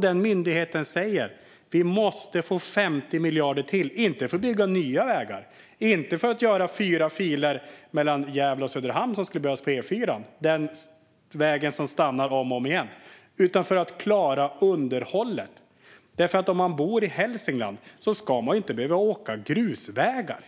Denna myndighet säger att vi måste få 50 miljarder till, inte för att bygga nya vägar, inte för att göra fyra filer som skulle behövas på E4:an mellan Gävle och Söderhamn, vägen där trafiken stannar om och om igen, utan för att klara underhållet. Om man bor i Hälsingland ska man ju inte behöva åka på grusvägar.